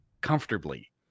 comfortably